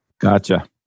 Gotcha